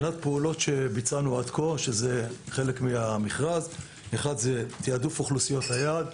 פעולות שביצענו עד כה שהן חלק מהמכרז: תעדוף אוכלוסיות היעד.